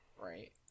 Right